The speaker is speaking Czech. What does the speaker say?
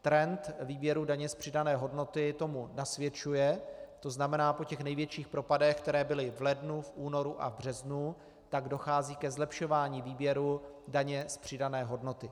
Trend výběru daně z přidané hodnoty tomu nasvědčuje, to znamená po největších propadech, které byly v lednu, únoru a březnu, dochází ke zlepšování výběru daně z přidané hodnoty.